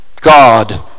God